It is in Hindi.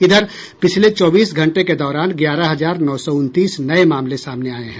इधर पिछले चौबीस घंटे के दौरान ग्यारह हजार नौ सौ उनतीस नये मामले सामने आये हैं